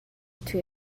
توی